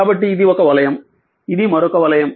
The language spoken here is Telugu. కాబట్టి ఇది ఒక వలయం ఇది మరొక వలయం